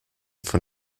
von